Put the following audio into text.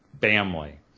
family